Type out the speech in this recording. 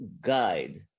guide